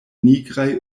nigraj